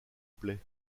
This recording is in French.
plaies